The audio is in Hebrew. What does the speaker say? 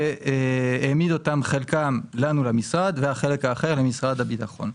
והעמיד אותם חלקם לנו למשרד והחלק האחר למשרד הביטחון.